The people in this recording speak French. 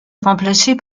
remplacée